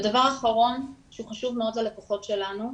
ודבר אחרון, שהוא חשוב מאוד ללקוחות שלנו,